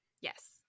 yes